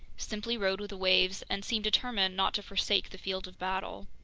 simply rode with the waves, and seemed determined not to forsake the field of battle.